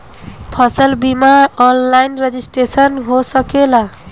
फसल बिमा online registration हो सकेला?